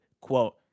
quote